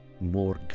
more